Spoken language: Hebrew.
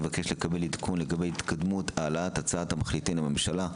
היא מבקשת לקבל עדכון לגבי התקדמות העלאת הצעת המחליטים לממשלה.